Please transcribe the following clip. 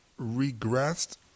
regressed